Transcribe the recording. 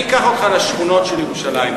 אני אקח אותך לשכונות של ירושלים,